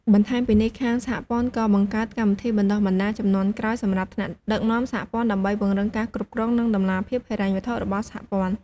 បន្ថែមពីនេះ ខាងសហព័ន្ធក៏បង្កើតកម្មវិធីបណ្ដុះបណ្ដាលជំនាន់ក្រោយសម្រាប់ថ្នាក់ដឹកនាំសហព័ន្ធ ដើម្បីពង្រឹងការគ្រប់គ្រង និងតម្លាភាពហិរញ្ញវត្ថុរបស់សហព័ន្ធ។។